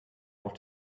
auch